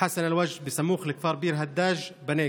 חסן אל-וודג', סמוך לכפר ביר הדאג' בנגב.